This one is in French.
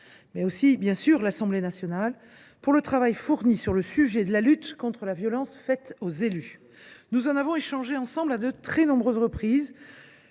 le Sénat, tout comme l’Assemblée nationale, pour le travail fourni sur le sujet de la lutte contre les violences faites aux élus. Nous avons échangé à de très nombreuses reprises